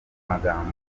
magambo